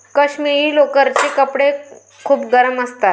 काश्मिरी लोकरचे कपडे खूप गरम असतात